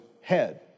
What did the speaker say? head